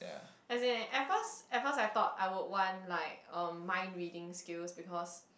as in at first at first I thought I would want like um mind reading skills because